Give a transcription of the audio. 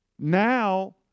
Now